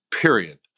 period